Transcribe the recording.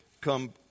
come